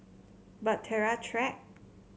Bahtera Track